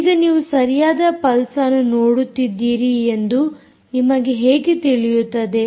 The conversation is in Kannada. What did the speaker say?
ಈಗ ನೀವು ಸರಿಯಾದ ಪಲ್ಸ್ ಅನ್ನು ನೋಡುತ್ತಿದ್ದೀರಿ ಎಂದು ನಿಮಗೆ ಹೇಗೆ ತಿಳಿಯುತ್ತದೆ